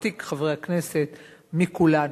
ותיק חברי הכנסת מכולנו.